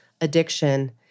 addiction